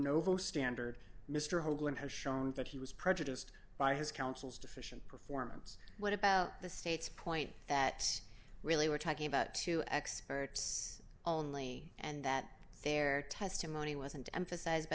novo standard mr hoagland has shown that he was prejudiced by his counsel's deficient performance what about the state's point that really we're talking about two experts only and that their testimony wasn't emphasized by